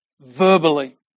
verbally